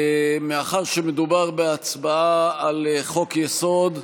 מאחר שמדובר בהצבעה על חוק-יסוד,